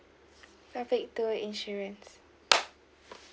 call two insurance